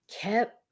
kept